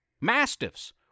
Mastiffs